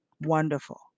wonderful